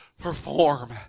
perform